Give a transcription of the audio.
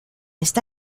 está